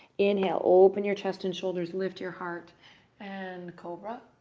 inhale. open your chest and shoulders. lift your heart and cobra,